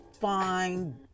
Fine